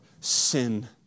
sin